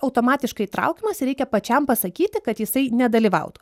automatiškai įtraukiamas reikia pačiam pasakyti kad jisai nedalyvautų